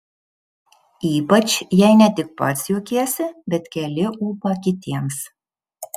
ypač jei ne tik pats juokiesi bet keli ūpą kitiems